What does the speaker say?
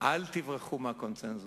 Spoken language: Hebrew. אל תברחו מהקונסנזוס.